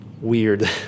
weird